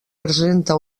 presenta